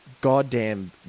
goddamn